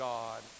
God